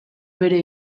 bere